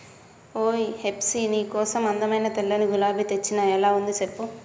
ఓయ్ హెప్సీ నీ కోసం అందమైన తెల్లని గులాబీ తెచ్చిన ఎలా ఉంది సెప్పు